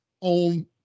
on